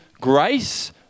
grace